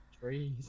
trees